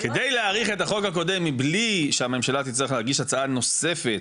כדי להאריך את החוק הקודם מבלי שהממשלה תצטרך להגיש הצעה נוספת,